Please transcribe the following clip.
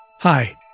Hi